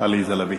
עליזה לביא.